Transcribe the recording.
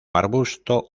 arbusto